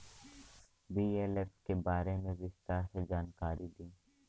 BLF के बारे में विस्तार से जानकारी दी?